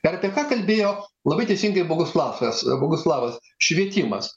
tai ir apie ką kalbėjo labai teisingai boguslauskas boguslavas švietimas